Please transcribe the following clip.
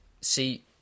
see